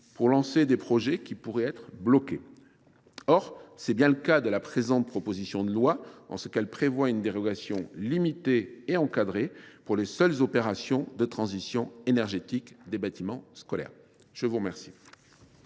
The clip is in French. pour lancer des projets qui pourraient être, sinon, bloqués. Or c’est bien le cas de la présente proposition de loi, en ce qu’elle prévoit une dérogation limitée et encadrée pour les seules opérations de transition énergétique des bâtiments scolaires. La parole